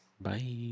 Bye